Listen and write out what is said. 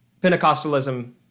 Pentecostalism